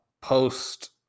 post